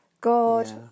God